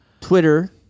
Twitter